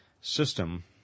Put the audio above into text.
system